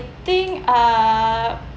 think ah